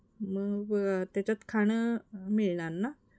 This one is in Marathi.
मग त्याच्यात खाणं मिळणार ना